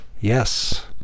Yes